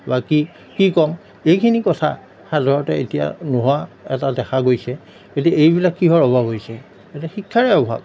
বা কি কি ক'ম এইখিনি কথা সাধাৰণতে এতিয়া নোহোৱা এটা দেখা গৈছে গতিকে এইবিলাক কিহৰ অভাৱ হৈছে এইটো শিক্ষাৰে অভাৱ